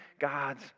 God's